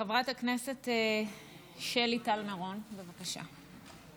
חברת הכנסת שלי טל מירון, בבקשה.